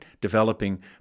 developing